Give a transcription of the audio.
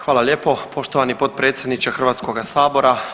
Hvala lijepo poštovani potpredsjedniče Hrvatskoga sabora.